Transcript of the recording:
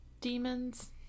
demons